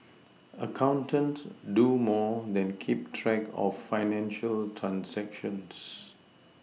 accountants do more than keep track of financial transactions